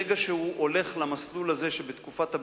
ברגע שהוא הולך למסלול הזה שבתקופת הביניים,